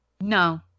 No